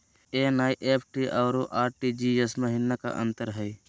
NEFT अरु RTGS महिना का अंतर हई?